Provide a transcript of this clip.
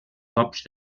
cops